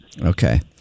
Okay